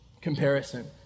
Comparison